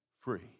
free